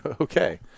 Okay